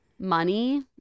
Money